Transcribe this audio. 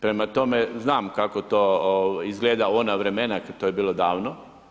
Prema tome, znam kako to izgleda u ona vremena, to je bilo davno.